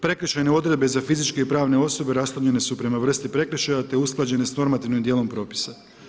Prekršajne odredbe za fizičke i pravne osobe rasčlanjene su prema vrsti prekršaja te usklađene s normativnim djelom propisa.